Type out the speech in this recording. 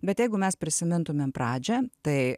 bet jeigu mes prisimintumėm pradžią tai